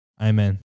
Amen